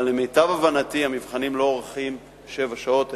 אבל למיטב הבנתי המבחנים לא אורכים שבע שעות,